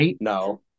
No